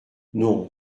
non